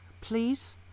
please